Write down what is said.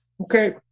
Okay